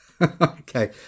Okay